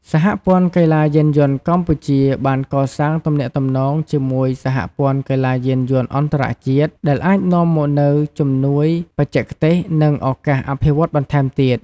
សហព័ន្ធកីឡាយានយន្តកម្ពុជា បានកសាងទំនាក់ទំនងជាមួយសហព័ន្ធកីឡាយានយន្តអន្តរជាតិ ដែលអាចនាំមកនូវជំនួយបច្ចេកទេស និងឱកាសអភិវឌ្ឍបន្ថែមទៀត។